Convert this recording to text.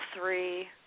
three